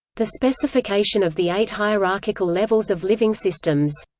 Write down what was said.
the specification of the eight hierarchical levels of living systems.